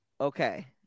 okay